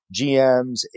GMs